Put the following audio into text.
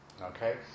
Okay